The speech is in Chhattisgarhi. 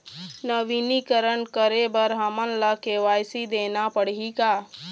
नवीनीकरण करे बर हमन ला के.वाई.सी देना पड़ही का?